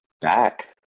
back